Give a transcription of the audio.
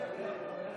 אינו נוכח